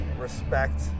respect